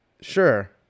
sure